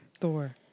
Thor